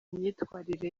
myitwarire